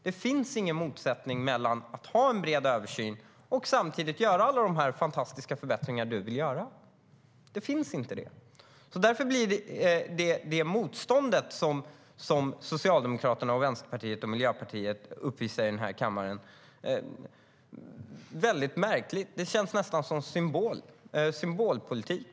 Det finns ingen motsättning mellan att ha en bred översyn och samtidigt göra alla de fantastiska förbättringar Ali Esbati vill göra. Därför blir det motstånd som Socialdemokraterna, Vänsterpartiet och Miljöpartiet uppvisar i kammaren märkligt. Det känns nästan som en symbolpolitik.